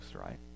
right